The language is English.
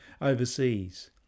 overseas